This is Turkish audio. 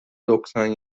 doksan